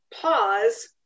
pause